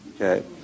Okay